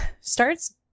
starts